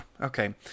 okay